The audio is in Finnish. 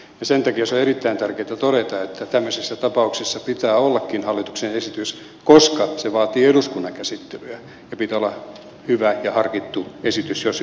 sen takia on erittäin tärkeätä todeta että tämmöisissä tapauksissa pitää ollakin hallituksen esitys koska se vaatii eduskunnan käsittelyä ja pitää olla hyvä ja harkittu esitys jos johonkin päädytään